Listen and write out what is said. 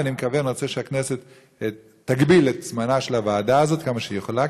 ואני מקווה ורוצה שהכנסת תגביל את זמנה של הוועדה הזאת כמה שהיא יכולה,